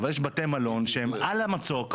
אבל יש בתי מלון שהם על המצוק.